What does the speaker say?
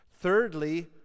Thirdly